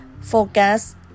Focus